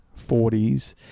40s